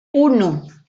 uno